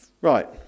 Right